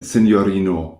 sinjorino